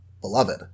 beloved